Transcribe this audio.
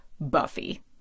Buffy